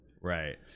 right